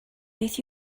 beth